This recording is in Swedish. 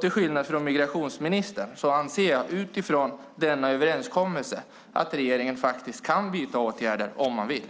Till skillnad från migrationsministern anser jag utifrån denna överenskommelse att regeringen faktiskt kan vidta åtgärder om man vill.